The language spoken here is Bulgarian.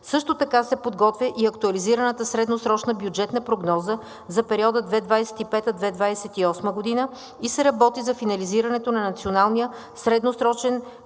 Също така се подготвя и актуализираната средносрочна бюджетна прогноза за периода 2025 – 2028 г. и се работи за финализирането на Националния средносрочен